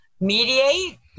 Mediate